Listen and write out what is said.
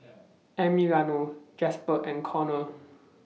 Emiliano Jasper and Conor